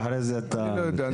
ואחרי זה אתה מתייחס.